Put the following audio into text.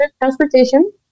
transportation